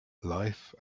life